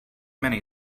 many